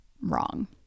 wrong